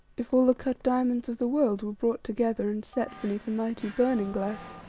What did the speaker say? if all the cut diamonds of the world were brought together and set beneath a mighty burning-glass,